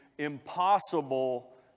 impossible